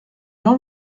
jean